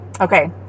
Okay